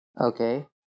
Okay